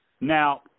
Now